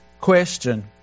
question